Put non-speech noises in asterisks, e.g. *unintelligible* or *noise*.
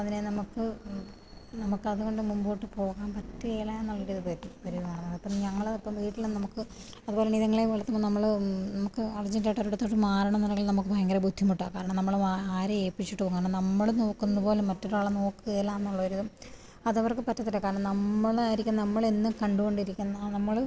അതിനെ നമുക്ക് നമുക്കതുകൊണ്ട് മുമ്പോട്ടുപോകാൻ പറ്റുകേലാന്നുള്ളൊരു ഇത് *unintelligible* വരുവാണ് അപ്പോള് ഞങ്ങള് അപ്പോള് വീട്ടില് നമുക്ക് അതുപോലെ തന്നെ ഇതുങ്ങളെയും വളര്ത്തുമ്പോള് നമ്മള് നമുക്ക് അർജെൻറ്റായിട്ട് ഒരിടത്തോട്ട് മാറണമെന്നുണ്ടെങ്കിൽ നമുക്ക് ഭയങ്കര ബുദ്ധിമുട്ടാണ് കാരണം നമ്മള് ആരെ ഏപ്പിച്ചിട്ടുപോകും കാരണം നമ്മള് നോക്കുന്നതുപോലെ മറ്റൊരാളും നോക്കുകയില്ലാന്നൊള്ളൊരു അതവർക്കു പറ്റത്തില്ല കാരണം നമ്മളായിരിക്കും നമ്മളെന്നും കണ്ടുകൊണ്ടിരിക്കുന്ന നമ്മള്